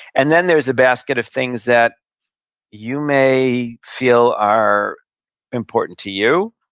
and then there's a basket of things that you may feel are important to you,